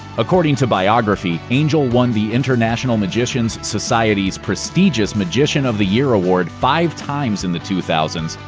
according to biography, angel won the international magicians society's prestigious magician of the year award five times in the two thousand